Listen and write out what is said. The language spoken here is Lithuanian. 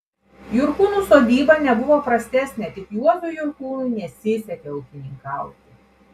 jurkūnų sodyba nebuvo prastesnė tik juozui jurkūnui nesisekė ūkininkauti